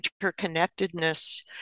interconnectedness